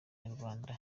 nyarwanda